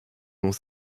l’ont